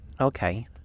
Okay